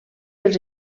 els